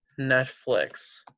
netflix